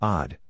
Odd